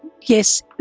yes